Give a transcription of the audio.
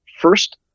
first